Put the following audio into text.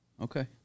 Okay